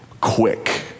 quick